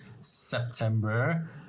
September